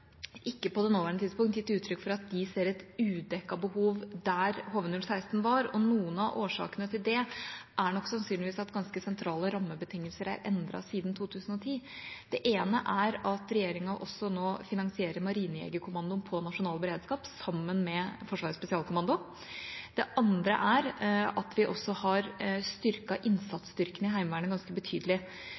ikke på det nåværende tidspunkt gitt uttrykk for at de ser et udekket behov der HV-016 var, og noen av årsakene til det er nok sannsynligvis at ganske sentrale rammebetingelser er endret siden 2010. Det ene er at regjeringa også nå finansierer Marinejegerkommandoen på nasjonal beredskap sammen med Forsvarets spesialkommando. Det andre er at vi også har styrket innsatsstyrkene i Heimevernet ganske betydelig.